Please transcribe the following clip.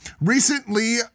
recently